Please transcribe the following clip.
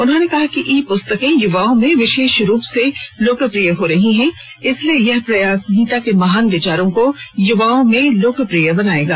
उन्होंने कहा कि ई पुस्तकें युवाओं में विशेष रूप से लोकप्रिय हो रही हैं इसलिए यह प्रयास गीता के महान विचारों को युवाओं में लोकप्रिय बनायेगा